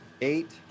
eight